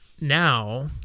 now